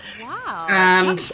wow